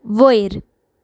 वयर